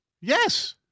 Yes